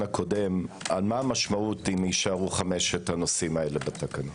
הקודם על מה המשמעות אם יישארו חמשת הנושאים האלה בתקנות.